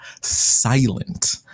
silent